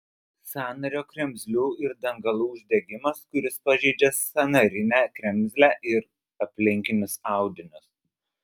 sąnario kremzlių ir dangalų uždegimas kuris pažeidžia sąnarinę kremzlę ir aplinkinius audinius